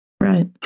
right